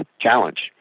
challenge